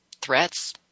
threats